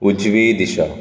उजवी दिशा